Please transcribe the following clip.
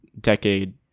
decade